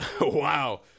Wow